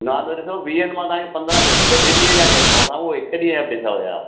न त ॾिसो वीहनि मां तव्हांखे पंद्रहं करे छॾिया ॿिनि ॾींहनि जा कयाथीमाव साईं हूअ हिकु ॾींहुं जा पैसा हुया